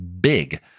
big